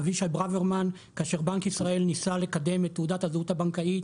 אבישי ברוורמן כאשר בנק ישראל ניסה לקדם את תעודת הזהות הבנקאית,